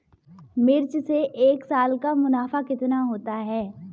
मिर्च से एक साल का मुनाफा कितना होता है?